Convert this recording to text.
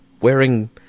wearing